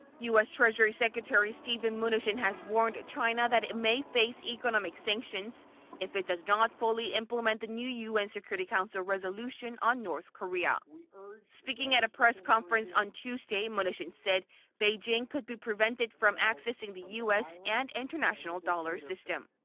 u s. treasury secretary steven mnuchin has warned china that it may face economic sanctions if it does not fully implement the new un security council resolution on north korea. ah speaking at a press conference on tuesday. um ah mnuchin said beijing could be prevented from accessing the u s. and international dollar system.